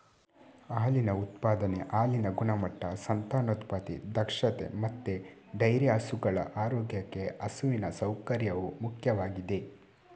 ಹಾಲಿನ ಉತ್ಪಾದನೆ, ಹಾಲಿನ ಗುಣಮಟ್ಟ, ಸಂತಾನೋತ್ಪತ್ತಿ ದಕ್ಷತೆ ಮತ್ತೆ ಡೈರಿ ಹಸುಗಳ ಆರೋಗ್ಯಕ್ಕೆ ಹಸುವಿನ ಸೌಕರ್ಯವು ಮುಖ್ಯವಾಗಿದೆ